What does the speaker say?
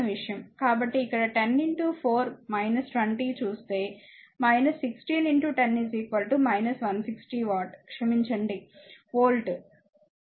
కాబట్టి ఇక్కడ 10 4 20 చూస్తే 16 10 160 వాట్ క్షమించండి వోల్ట్ అది వోల్ట్